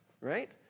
right